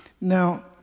Now